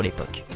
burg